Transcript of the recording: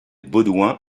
baudouin